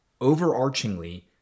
overarchingly